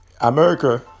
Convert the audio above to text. America